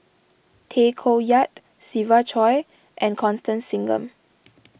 Tay Koh Yat Siva Choy and Constance Singam